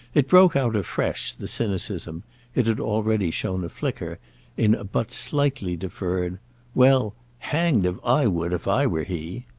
it broke out afresh, the cynicism it had already shown a flicker in a but slightly deferred well, hanged if i would if i were he!